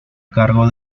cargo